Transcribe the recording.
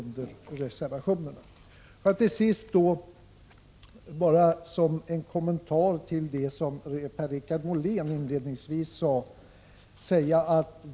Låt mig till sist något kommentera det som Per-Richard Molén sade inledningsvis.